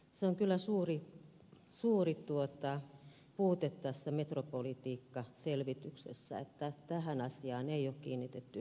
se on kyllä suuri puute tässä metropolipolitiikkaselvityksessä että tähän asiaan ei ole kiinnitetty huomiota